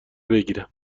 بگیرم